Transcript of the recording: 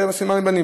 זה סימן לבנים.